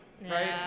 Right